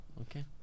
Okay